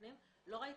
ראיתי